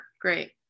great